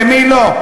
במי לא?